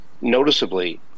noticeably